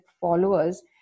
followers